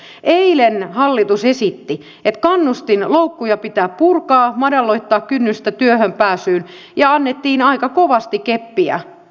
eilen hallitus esitti että kannustinloukkuja pitää purkaa madaltaa kynnystä työhön pääsyyn ja annettiin aika kovasti keppiä